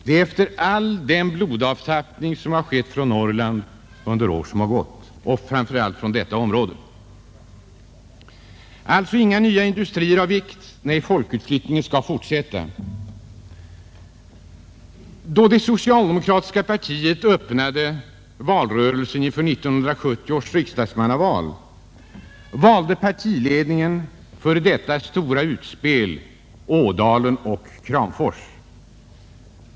Detta efter all den blodavtappning som skett från Norrland och framför allt från detta område under de år som gått. Alltså: Inga nya industrier av vikt, nej, folkutflyttningen skall fortsätta. Då det socialdemokratiska partiet öppnade valrörelsen 1970, valde partiledningen som plats för detta stora utspel Ådalen och Kramfors.